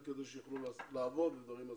בודדים כדי שיוכלו לעבוד ולעזור למשפחה.